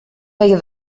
feia